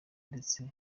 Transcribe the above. ndetse